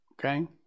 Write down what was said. okay